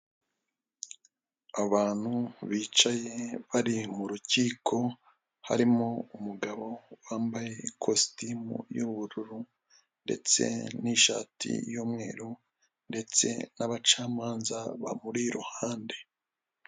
Abantu bicaye bari mu rukiko harimo umugabo wambaye ikositimu y'ubururu ndetse n'ishati y'umweru ndetse n'abacamanza bamuri iruhande.